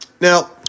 Now